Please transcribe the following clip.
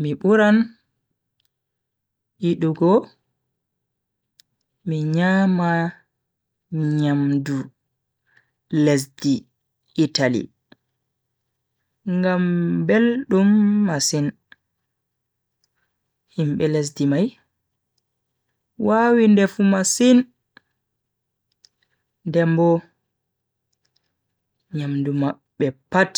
Mi buran yidugo mi nyama nyamdu lesdi italy ngam beldum masin. himbe lesdi mai wawi ndefu masin den Bo nyamdu mabbe pat